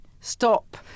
stop